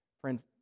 Friends